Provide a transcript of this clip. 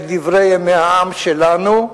בדברי ימי העם שלנו,